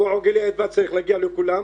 צריך להגיע לכולם,